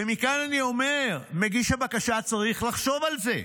ומכאן אני אומר, מגיש הבקשה צריך לחשוב על זה,